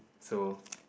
so